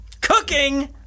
Cooking